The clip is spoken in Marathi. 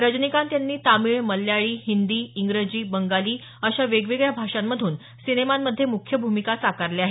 रजनीकांत यांनी तामिळ मल्याळी हिंदी इंग्रजी बंगाली अशा वेगवेगळ्या भाषांमधून सिनेमांमध्ये मुख्य भूमिका साकारल्या आहेत